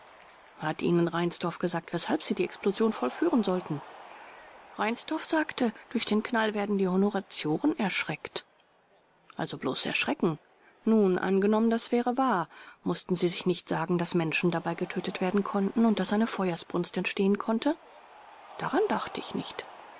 hat ihnen reinsdorf gesagt weshalb sie die explosion vollführen sollten b reinsdorf sagte durch den knall werden die honoratioren erschrecken vors also bloß erschrecken nun angenommen das wäre wahr mußten sie sich nicht sagen daß menschen dabei getötet werden konnten und daß eine feuersbrunst entstehen konnte b daran dachte ich nicht